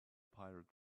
pirate